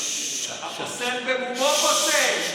הפוסל, במומו פוסל.